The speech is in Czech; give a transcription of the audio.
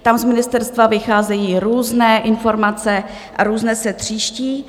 Tam z ministerstva vycházejí různé informace a různě se tříští.